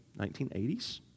1980s